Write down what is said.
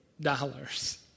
dollars